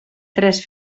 tres